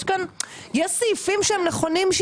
יש סעיפים נכונים.